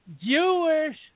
Jewish